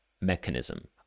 mechanism